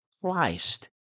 Christ